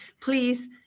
please